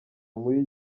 muri